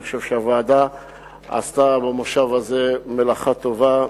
אני חושב שהוועדה עשתה במושב הזה מלאכה טובה,